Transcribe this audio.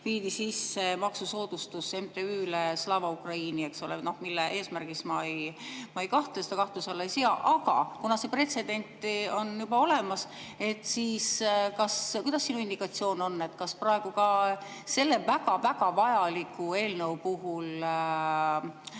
viidi sisse maksusoodustus MTÜ‑le Slava Ukraini, mille eesmärgis ma ei kahtle, seda kahtluse alla ei sea. Aga kuna see pretsedent on juba olemas, siis kuidas sinu indikatsioon on, kas praegu ka selle väga-väga vajaliku eelnõu puhul